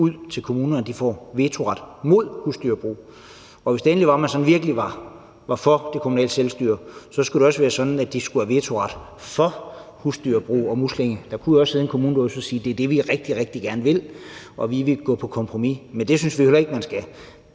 ud til kommunerne, at de får vetoret mod husdyrbrug. Og hvis det endelig var, at man sådan virkelig var for det kommunale selvstyre, skulle det også være sådan, at de skulle have vetoret for husdyrbrug og muslingeopdræt. Der kunne jo også være en kommune derude, som sagde, at det er det, de rigtig, rigtig gerne vil, og at de vil gå på kompromis. Men det synes vi jo heller ikke man skal.